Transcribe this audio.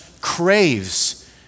craves